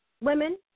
women